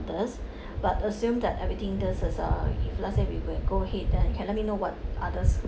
this but assume that everything this is uh if let's say we when go ahead then you can let me know what others